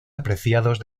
apreciados